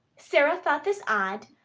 sara thought this odd,